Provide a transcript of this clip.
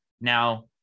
Now